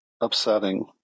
upsetting